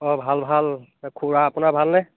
অঁ ভাল ভাল খুৰা আপোনাৰ ভালনে